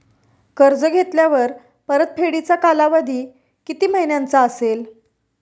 कर्ज घेतल्यावर परतफेडीचा कालावधी किती महिन्यांचा असेल?